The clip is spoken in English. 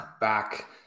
back